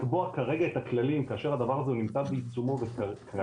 לקבוע כרגע את הכללים כאשר הדבר הזה הוא נמצא בעיצומו וכאשר